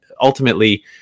ultimately